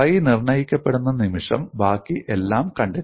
phi നിർണ്ണയിക്കപ്പെടുന്ന നിമിഷം ബാക്കി എല്ലാം കണ്ടെത്തി